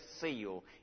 seal